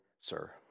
Sir